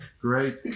great